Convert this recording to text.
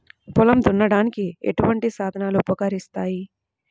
పొలం దున్నడానికి ఎటువంటి సాధనలు ఉపకరిస్తాయి?